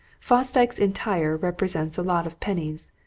fosdyke's entire represents a lot of pennies.